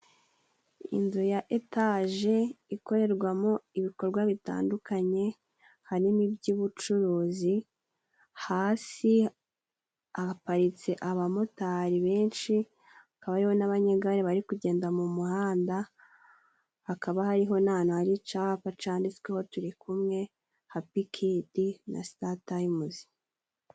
Inzu ya etaje ikorerwamo ibikorwa bitandukanye, harimo iby'ubucuruzi, hasi haparitse abamotari benshi hakaba hariho n'abanyegare bari kugenda mu muhanda, hakaba hariho n'ahantu hari icapa canditsweho Turikumwe hapikidi na sitaritayimuzi.